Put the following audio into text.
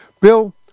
Bill